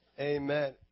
Amen